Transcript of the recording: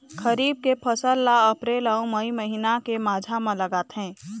खरीफ के फसल ला अप्रैल अऊ मई महीना के माझा म लगाथे